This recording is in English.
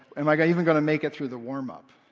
am like i even going to make it through the warm-up?